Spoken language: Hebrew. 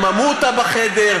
לממותה בחדר,